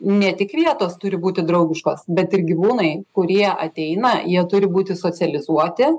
ne tik vietos turi būti draugiškos bet ir gyvūnai kurie ateina jie turi būti socializuoti